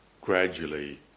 gradually